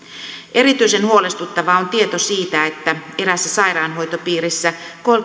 erityisen huolestuttava on tieto siitä että eräässä sairaanhoitopiirissä